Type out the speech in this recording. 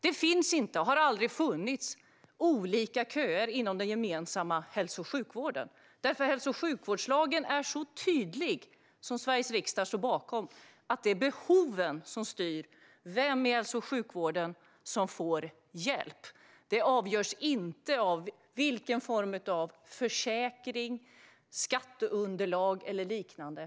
Det finns inte och har aldrig funnits olika köer inom den gemensamma hälso och sjukvården, för den hälso och sjukvårdslag som Sveriges riksdag står bakom är tydlig med att det är behoven som styr vem som får hjälp i hälso och sjukvården. Det avgörs inte av form av försäkring, skatteunderlag eller liknande.